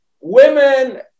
Women